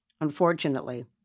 Unfortunately